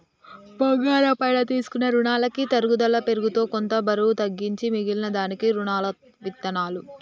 బంగారం పైన తీసుకునే రునాలకి తరుగుదల పేరుతో కొంత బరువు తగ్గించి మిగిలిన దానికి రునాలనిత్తారు